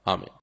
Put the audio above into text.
Amen